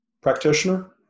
practitioner